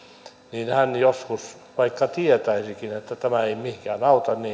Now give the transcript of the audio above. niin hän joskus vaikka tietäisikin että tämä ei mitään auta